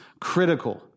critical